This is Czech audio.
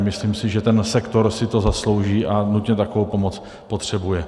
Myslím si, že ten sektor si to zaslouží a nutně takovou pomoc potřebuje.